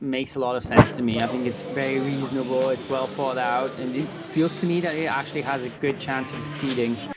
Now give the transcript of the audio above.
makes a lot of sense to me. i think it's very reasonable, it's well thought out and it feels to me that it actually has a good chance of succeeding.